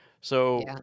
So-